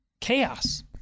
chaos